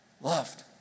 loved